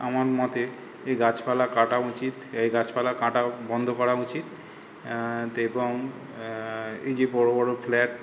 আমার মতে এ গাছপালা কাটা উচিত এই গাছপালা কাটা বন্ধ করা উচিত তে এবং এই যে বড়ো বড়ো ফ্ল্যাট